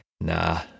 nah